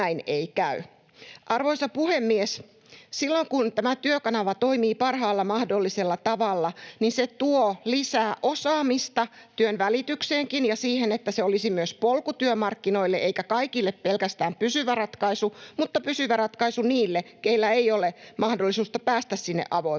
Arvoisa puhemies! Silloin kun tämä Työkanava toimii parhaalla mahdollisella tavalla, se tuo lisää osaamista työn välitykseenkin ja siihen, että se olisi myös polku työmarkkinoille, eikä kaikille pelkästään pysyvä ratkaisu, mutta pysyvä ratkaisu niille, keillä ei ole mahdollisuutta päästä sinne avoimille